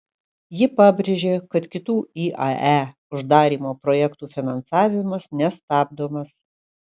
ji pabrėžė kad kitų iae uždarymo projektų finansavimas nestabdomas